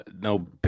no